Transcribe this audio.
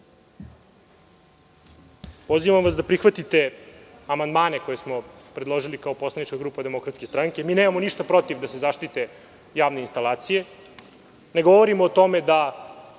Srbiji. Pozivam vas da prihvatite amandmane koje smo predložili kao poslanička grupa Demokratske stranke. Nemamo ništa protiv da se zaštite javne instalacije. Ne govorim o tome da